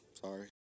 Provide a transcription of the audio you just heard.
sorry